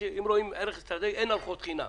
אם רואים ערך אסטרטגי, אין ארוחות חינם.